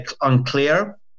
unclear